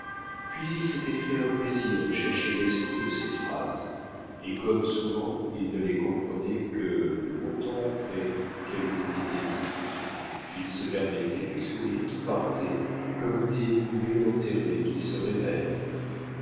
puis il s'était fait un plaisir de chercher l'esprit de ses phrases et comme souvent il ne les comprenait que longtemps après qu'elles étaient dites il se permettait des sourires qui partaient comme des boulets enterrés qui se réveillent